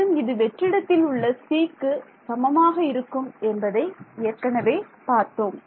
மேலும் இது வெற்றிடத்தில் உள்ள c க்கு சமமாக இருக்கும் என்பதை ஏற்கனவே பார்த்தோம்